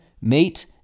mate